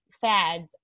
fads